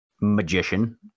Magician